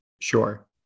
Sure